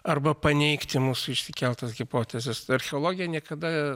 arba paneigti mūsų išsikeltas hipotezes archeologija niekada